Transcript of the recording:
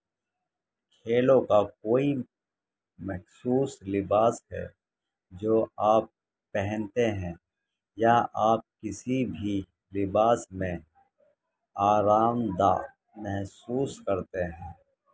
کھیلوں کا کوئی مخصوص لباس ہے جو آپ پہنتے ہیں یا آپ کسی بھی لباس میں آرام دہ محسوس کرتے ہیں